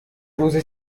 روزی